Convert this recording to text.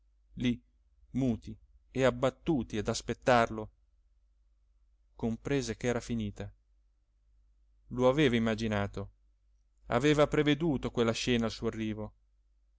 lì muti e abbattuti ad aspettarlo comprese ch'era finita lo aveva immaginato aveva preveduto quella scena al suo arrivo